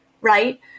right